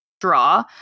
draw